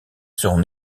seront